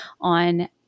on